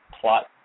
plot